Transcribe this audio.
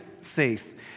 faith